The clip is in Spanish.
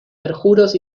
perjuros